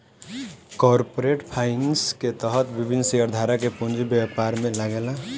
corporate finance के तहत विभिन्न शेयरधारक के पूंजी व्यापार में लागेला